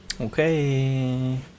Okay